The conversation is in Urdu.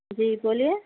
جی بولیے